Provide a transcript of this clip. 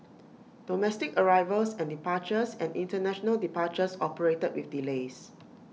domestic arrivals and departures and International departures operated with delays